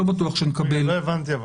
לא הבנתי.